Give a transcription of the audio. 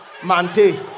mante